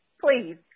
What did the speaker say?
please